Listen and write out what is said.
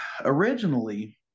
originally